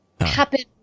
happen